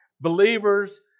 Believers